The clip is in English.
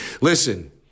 Listen